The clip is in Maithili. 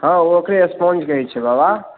हँ ओकरे स्पोंज कहैत छै बाबा